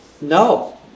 No